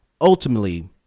ultimately